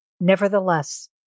Nevertheless